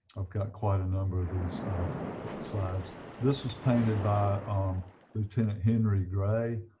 i've got quite a number of these of slides this was painted by lieutenant henry gray,